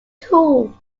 tool